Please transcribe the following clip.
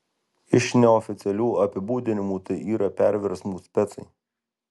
iš neoficialių apibūdinimų tai yra perversmų specai